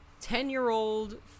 Ten-year-old